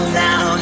now